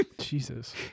Jesus